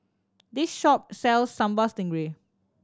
this shop sells Sambal Stingray